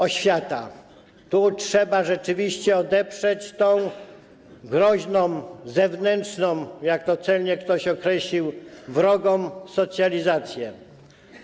Oświata - tu trzeba rzeczywiście odeprzeć tę groźną, zewnętrzną, jak to celnie ktoś określił, wrogą socjalizację.